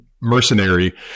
mercenary